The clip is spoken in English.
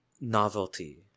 novelty